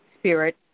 Spirit